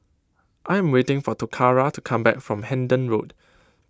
I'm waiting for Toccara to come back from Hendon Road